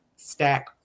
stack